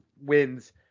wins